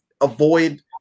avoid